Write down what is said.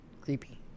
Creepy